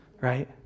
right